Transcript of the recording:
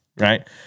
Right